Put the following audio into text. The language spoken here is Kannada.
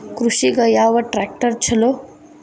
ಕೃಷಿಗ ಯಾವ ಟ್ರ್ಯಾಕ್ಟರ್ ಛಲೋ?